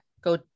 go